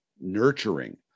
nurturing